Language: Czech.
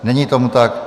Není tomu tak.